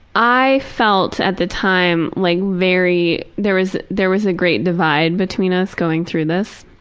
i felt at the time like very there was there was a great divide between us going through this.